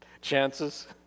chances